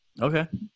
Okay